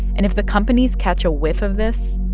and if the companies catch a whiff of this.